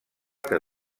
que